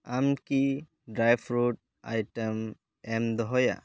ᱟᱢᱠᱤ dry fruit item ᱮᱢ ᱫᱚᱦᱚᱭᱟ